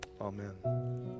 amen